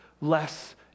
Less